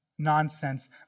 nonsense